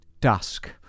Dusk